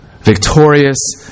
Victorious